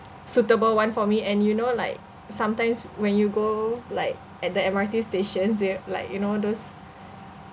suitable one for me and you know like sometimes when you go like at the M_R_T station there like you know those